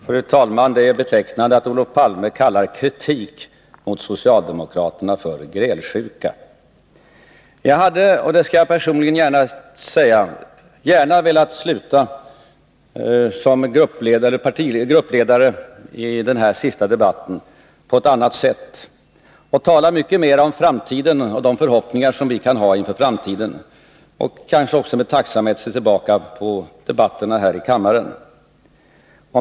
Fru talman! Det är betecknande att Olof Palme kallar kritik mot socialdemokraterna för grälsjuka. Jag hade — det vill jag säga — personligen gärna velat sluta som gruppledare i denna sista debatt på ett annat sätt. Jag skulle ha velat tala mycket mer om framtiden och de förhoppningar som vi kan ha inför den, om min vision av det framtida Sverige — kanske också med tacksamhet ha sett tillbaka på debatterna här i kammaren.